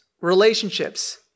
relationships